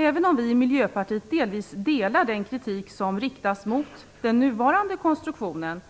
Även om vi i Miljöpartiet delvis delar den kritik som riktas mot den nuvarande konstruktionen,